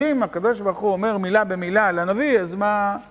אם הקדוש ברוך הוא אומר מילה במילה על הנביא, אז מה...